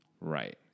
Right